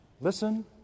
Listen